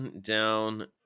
down